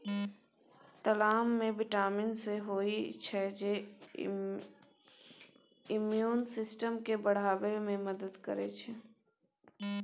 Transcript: लताम मे vitamin C होइ छै जे इम्युन सिस्टम केँ बढ़ाबै मे मदद करै छै